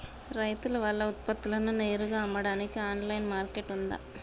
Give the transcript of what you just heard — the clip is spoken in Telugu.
రైతులు వాళ్ల ఉత్పత్తులను నేరుగా అమ్మడానికి ఆన్లైన్ మార్కెట్ ఉందా?